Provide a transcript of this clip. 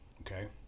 Okay